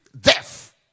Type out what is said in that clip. death